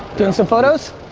doing some photos?